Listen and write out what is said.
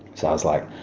so i was like,